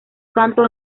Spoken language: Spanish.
santo